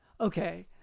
Okay